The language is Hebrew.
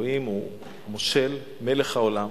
אלוהים הוא מושל, מלך העולם.